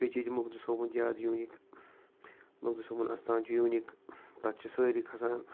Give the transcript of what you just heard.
بیٚیہِ چھِ ییٚتہِ مقدوٗم صٲبُن زیادٕ یوٗنیٖک مقدوٗم صٲبُن اَستان چھُ یوٗنیٖک تَتھ چھِ سٲری کھسان